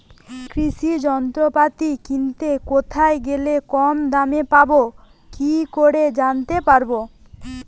কৃষি যন্ত্রপাতি কিনতে কোথায় গেলে কম দামে পাব কি করে জানতে পারব?